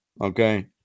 Okay